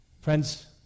Friends